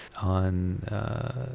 on